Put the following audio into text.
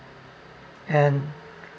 and